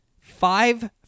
five